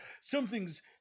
something's